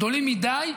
גדולים מדי,